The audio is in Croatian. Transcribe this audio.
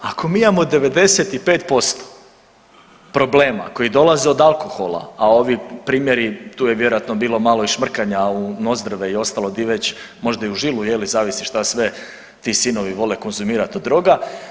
Ako mi imamo 95% problema koji dolaze od alkohola, a ovi primjeri tu je vjerojatno bilo malo i šmrkanja u nozdrve i ostalo di već, možda i u žilu, zavisi šta sve ti sinovi vole konzumirat od droga.